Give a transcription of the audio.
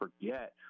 forget